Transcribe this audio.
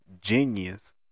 Genius